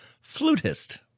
flutist